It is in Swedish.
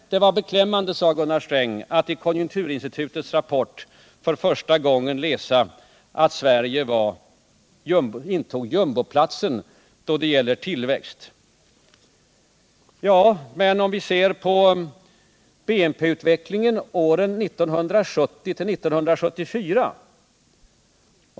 Det var beklämmande, sade Gunnar Sträng, att i konjunkturinstitutets rapport för första gången få läsa att Sverige intog jumboplatsen då det gäller tillväxt. Men låt oss se på BNP-utvecklingen åren 1970-1974.